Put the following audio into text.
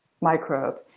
microbe